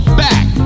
back